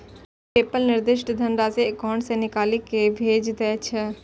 PayPal निर्दिष्ट धनराशि account सं निकालि कें भेज दै छै